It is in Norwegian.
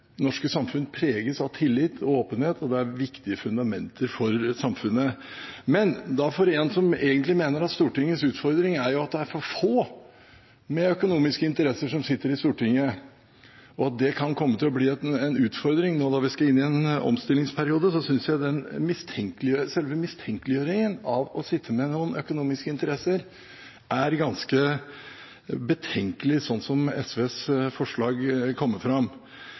åpenhet, og det er viktige fundamenter for samfunnet. Men for en som egentlig mener at Stortingets utfordring er at det er for få med økonomiske interesser som sitter på Stortinget, og at det kan komme til å bli en utfordring nå når vi skal inn i en omstillingsperiode, synes jeg selve mistenkeliggjøringen av dem som har noen økonomiske interesser, er ganske betenkelig, slik det kommer fram av SVs forslag.